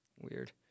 weird